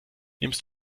nimmst